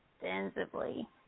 extensively